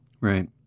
Right